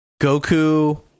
Goku